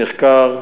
הוא נחקר,